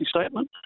statement